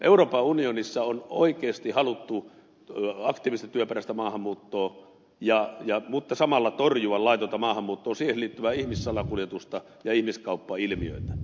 euroopan unionissa on oikeasti haluttu aktiivista työperäistä maahanmuuttoa mutta samalla torjua laitonta maahanmuuttoa siihen liittyvää ihmissalakuljetusta ja ihmiskauppailmiötä